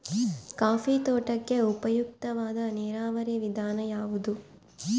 Coffee ತೋಟಕ್ಕೆ ಉಪಯುಕ್ತವಾದ ನೇರಾವರಿ ವಿಧಾನ ಯಾವುದು?